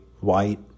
white